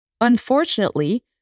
Unfortunately